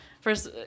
first